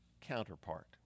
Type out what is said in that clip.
counterpart